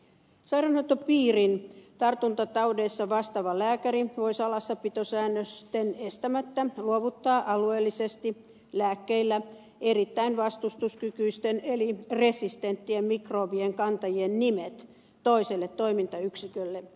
sairaanhoitopiirin tartuntataudeista vastaava lääkäri voi salassapitosäännösten estämättä luovuttaa alueellisesti lääkkeille erittäin vastustuskykyisten eli resistenttien mikrobien kantajien nimet toiselle toimintayksikölle